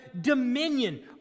dominion